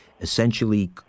essentially